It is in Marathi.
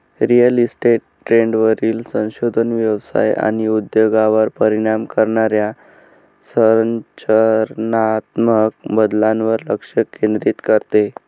रिअल इस्टेट ट्रेंडवरील संशोधन व्यवसाय आणि उद्योगावर परिणाम करणाऱ्या संरचनात्मक बदलांवर लक्ष केंद्रित करते